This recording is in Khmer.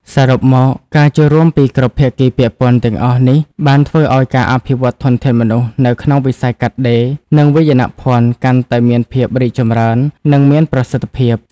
សរុបមក ការចូលរួមពីគ្រប់ភាគីពាក់ព័ន្ធទាំងអស់នេះបានធ្វើឱ្យការអភិវឌ្ឍធនធានមនុស្សនៅក្នុងវិស័យកាត់ដេរ និងវាយនភណ្ឌកាន់តែមានភាពរីកចម្រើន និងមានប្រសិទ្ធភាព។